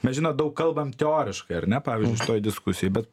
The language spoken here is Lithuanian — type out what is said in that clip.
mes žinot daug kalbam teoriškai ar ne pavyzdžiui šitoj diskusijoj bet